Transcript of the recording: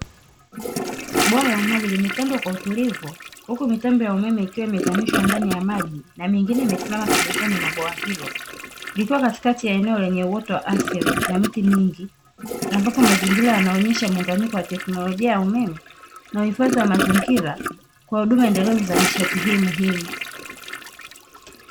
Bwawa la maji limetandwa kwa utulivu, huku mitambo ya umeme ikiwa imezamishwa ndani ya maji, na mingine imesimama pembezoni mwa bwawa hilo, likiwa katikati ya eneo lenye uoto wa asili na miti mingi, ambapo mazingira yanaonyesha muunganiko wa teknolojia ya umeme, na uhifadhi wa mazingira, kwa huduma endelevu ya nishati hii muhimu.